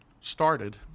started